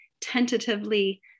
tentatively